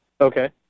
Okay